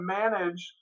manage